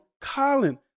Colin